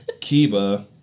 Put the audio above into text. kiba